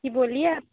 جی بولیے آپ